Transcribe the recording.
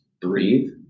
breathe